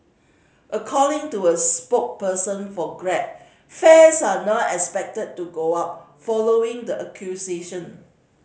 according to a for Grab fares are not expected to go up following the acquisition